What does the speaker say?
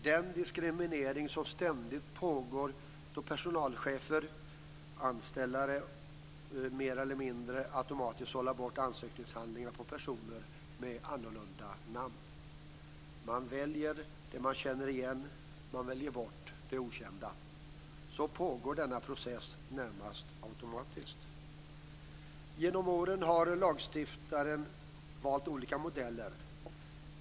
Den diskriminering som ständigt pågår då personalchefer, anställare mer eller mindre automatiskt sållar bort ansökningshandlingar på personer med annorlunda namn. Man väljer det man känner igen, man väljer bort det okända. Så pågår denna process närmast automatiskt. Genom åren har lagstiftaren valt olika modeller.